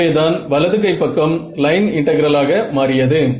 எனவேதான் வலது கை பக்கம் லைன் இன்டெகிரலாக மாறியது